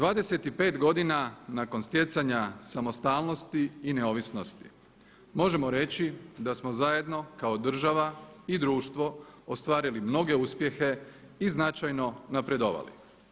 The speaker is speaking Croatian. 25 godina nakon stjecanja samostalnosti i neovisnosti možemo reći da smo zajedno kao država i društvo ostvarili mnoge uspjehe i značajno napredovali.